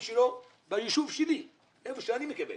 שלו ביישוב שלי, היכן שאני מקבל.